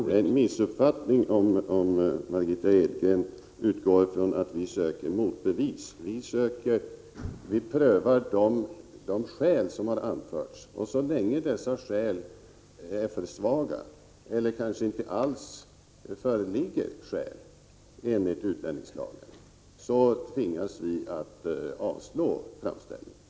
Herr talman! Det är fråga om en missuppfattning om Margitta Edgren utgår från att vi söker motbevis. Vi prövar de skäl som har anförts. Så länge dessa skäl är för svaga, eller så länge det inte föreligger några skäl enligt utlänningslagen, tvingas vi att avslå framställningen.